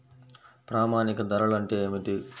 ప్రామాణిక ధరలు అంటే ఏమిటీ?